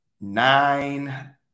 nine